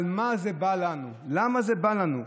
על מה זה בא לנו, למה זה בא לנו.